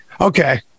Okay